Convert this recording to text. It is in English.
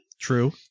True